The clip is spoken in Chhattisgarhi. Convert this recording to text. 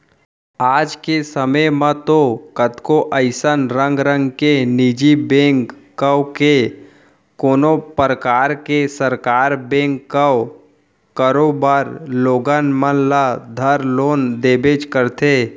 आज के समे म तो कतको अइसन रंग रंग के निजी बेंक कव के कोनों परकार के सरकार बेंक कव करोबर लोगन मन ल धर लोन देबेच करथे